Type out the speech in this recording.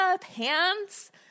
pants